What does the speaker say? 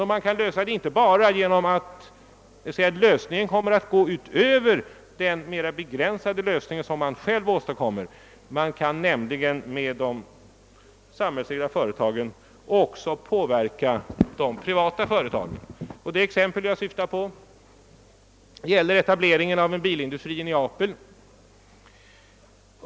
Detta gäller inte bara de omedelbara effekterna som åstadkommes, ty man kan också genom de samhällsägda företagen påverka de privata. Det exempel jag syftar på gäller etableringen av en bilindustri i Neapel.